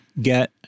get